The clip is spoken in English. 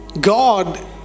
God